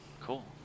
cool